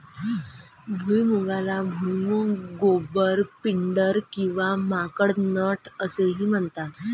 भुईमुगाला भुईमूग, गोबर, पिंडर किंवा माकड नट असेही म्हणतात